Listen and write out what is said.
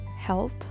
help